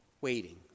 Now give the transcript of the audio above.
Waiting